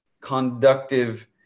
conductive